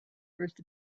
first